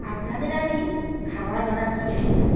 আপনাদের আমি খাবার অর্ডার করেছিলাম